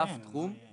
נפשי, אוקי?